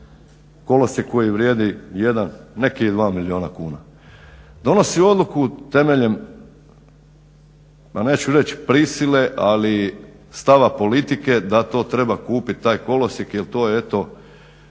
Kolosijek koji vrijedi jedan, nek je i dva milijuna kuna. Donosi odluku temeljem ma neću reći prisile ali stava politike da to treba kupiti taj kolosijek jer to je eto,